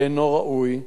ואינו ראוי,